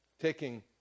taking